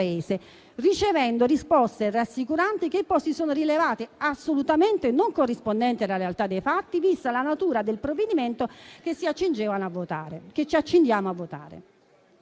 ricevendo risposte rassicuranti, che poi si sono rilevate assolutamente non corrispondenti alla realtà dei fatti, vista la natura del provvedimento che ci accingiamo a votare.